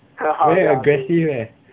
very aggressive leh